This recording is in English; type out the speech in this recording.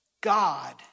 God